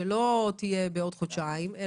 שלא תהיה בעוד חודשיים,